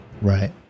Right